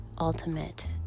ultimate